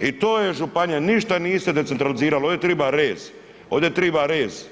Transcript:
i to je županija, ništa niste decentralizirali, ovdje triba rez, ovdje triba rez.